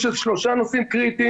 יש עוד שלושה נושאים קריטיים.